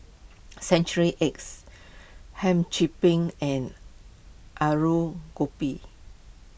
Century Eggs Hum Chim Peng and Aloo Gobi